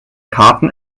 karten